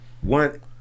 one